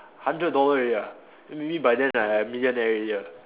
hundred already ah m~ maybe by then I millionaire already ah